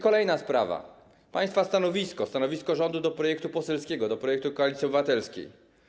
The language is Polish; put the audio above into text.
Kolejna sprawa - państwa stanowisko, stanowisko rządu wobec projektu poselskiego, wobec projektu Koalicji Obywatelskiej.